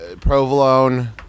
Provolone